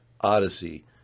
Odyssey